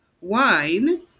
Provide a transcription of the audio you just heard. Wine